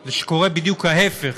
זה שקורה בדיוק ההפך,